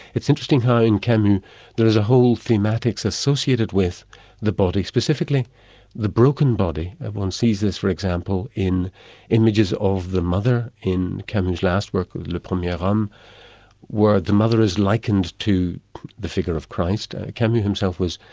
it's interesting how in there is a whole thematics associated with the body, specifically the broken body. everyone sees this for example in images of the mother in camus' last work, le premier homme where the mother is likened to the figure of christ. camus himself was,